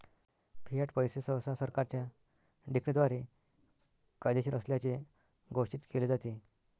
Fiat पैसे सहसा सरकारच्या डिक्रीद्वारे कायदेशीर असल्याचे घोषित केले जाते